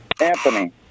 Anthony